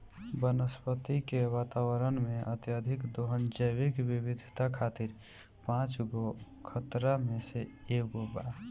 वनस्पति के वातावरण में, अत्यधिक दोहन जैविक विविधता खातिर पांच गो खतरा में से एगो बा